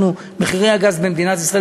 מחירי הגז במדינת ישראל